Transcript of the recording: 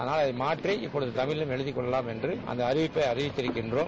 ஆகவே அதை மாற்றி இப்போது தமிழிலும் எழுதிக்கொள்ளவாம் என்று அந்த அறிவிப்பை வெளியிட்டிருக்கோம்